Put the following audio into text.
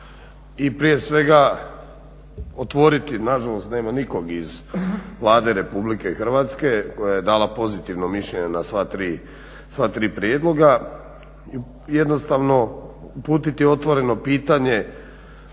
prije svega otvoriti, nažalost nema nikog iz Vlade Republike Hrvatske koja je dala pozitivno mišljenje na sva tri prijedloga, jednostavno uputiti otvoreno pitanje